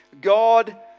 God